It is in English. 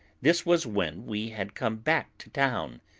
this was when we had come back to town,